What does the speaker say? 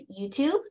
YouTube